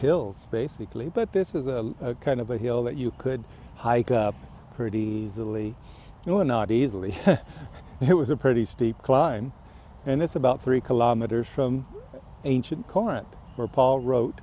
hills basically but this is a kind of a hill that you could hike up pretty easily you're not easily but it was a pretty steep climb and it's about three kilometers from ancient current where paul wrote